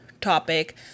topic